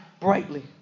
brightly